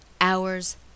hours